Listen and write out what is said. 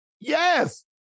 Yes